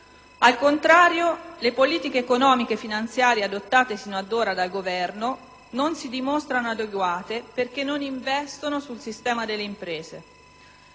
Al contrario, le politiche economiche finanziarie adottate finora dal Governo non si dimostrano adeguate perché non investono sul sistema delle imprese.